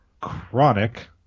Chronic